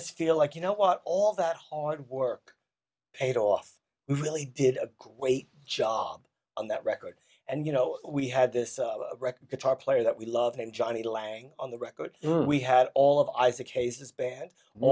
us feel like you know what all that hard work paid off really did a great job on that record and you know we had this record guitar player that we love him johnny lang on the record we had all of ice a case this band